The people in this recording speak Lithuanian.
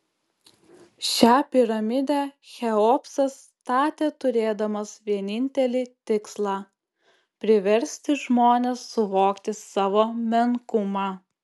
šią piramidę cheopsas statė turėdamas vienintelį tikslą priversti žmones suvokti savo menkumą